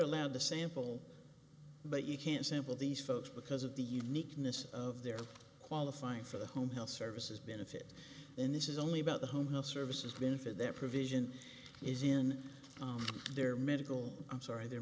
allowed to sample but you can't sample these folks because of the uniqueness of their qualifying for the home health services benefit and this is only about the home health service has been for their provision is in their medical i'm sorry the